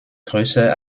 größer